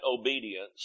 obedience